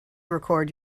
record